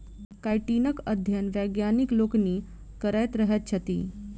काइटीनक अध्ययन वैज्ञानिक लोकनि करैत रहैत छथि